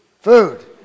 Food